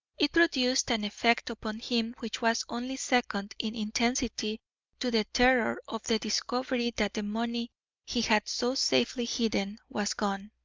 it produced an effect upon him which was only second in intensity to the terror of the discovery that the money he had so safely hidden was gone.